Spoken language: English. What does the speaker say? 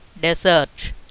desert